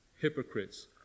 hypocrites